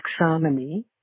taxonomy